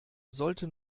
sollte